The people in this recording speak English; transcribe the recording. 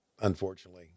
unfortunately